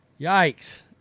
Yikes